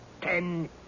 ten